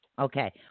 Okay